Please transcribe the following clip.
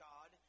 God